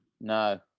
no